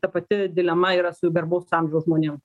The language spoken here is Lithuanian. ta pati dilema yra su garbaus amžiaus žmonėm